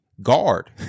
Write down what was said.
guard